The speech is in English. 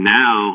now